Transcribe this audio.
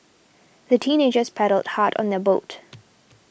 the teenagers paddled hard on their boat